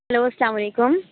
hello السّلام علیکم